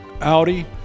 Audi